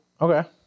Okay